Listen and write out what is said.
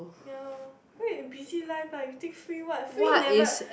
ya lor wait busy life lah you think free what free never